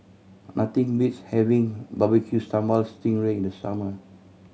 nothing beats having Barbecue Sambal sting ray in the summer